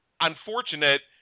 unfortunate